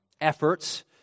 efforts